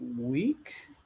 week